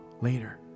later